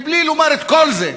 בלי לומר את כל זה.